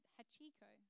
Hachiko